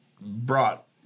brought